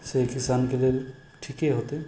से किसानके लेल ठीके होतै